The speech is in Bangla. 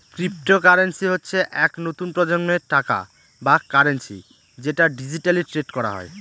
ক্রিপ্টোকারেন্সি হচ্ছে এক নতুন প্রজন্মের টাকা বা কারেন্সি যেটা ডিজিটালি ট্রেড করা হয়